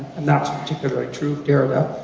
and that's particularly true for derrida,